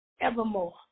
evermore